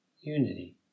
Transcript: unity